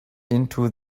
into